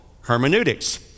hermeneutics